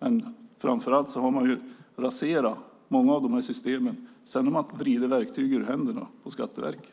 Men framför allt har många av systemen raserats, och verktygen har vridits ur händerna på Skatteverket.